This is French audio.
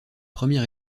premier